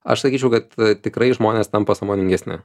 aš sakyčiau kad tikrai žmonės tampa sąmoningesni